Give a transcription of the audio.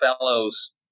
fellows –